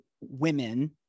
women